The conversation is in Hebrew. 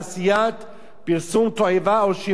או שימוש בקטין בהצגת תועבה.